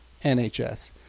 nhs